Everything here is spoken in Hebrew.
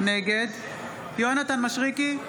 נגד יונתן מישרקי,